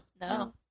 no